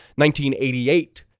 1988